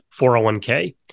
401k